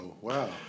wow